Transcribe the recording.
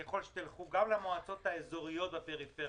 ככל שתלכו גם למועצות האזוריות בפריפריה